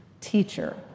Teacher